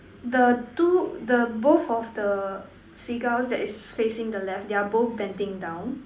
the two the both of the seagulls that is facing the left they are both bending down